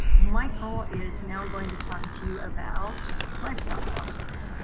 michael is now going to talk to you about livestock losses.